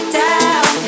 down